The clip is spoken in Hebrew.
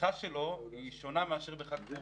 הצריכה בו שונה מאשר בחג פורים.